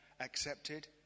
accepted